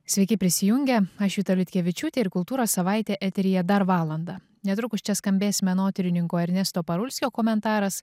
sveiki prisijungę aš juta liutkevičiūtė ir kultūros savaitė eteryje dar valandą netrukus čia skambės menotyrininko ernesto parulskio komentaras